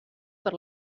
per